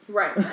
right